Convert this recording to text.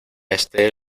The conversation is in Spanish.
este